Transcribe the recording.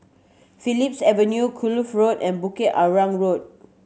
Phillips Avenue Kloof Floor and Bukit Arang Road